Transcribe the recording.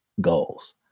goals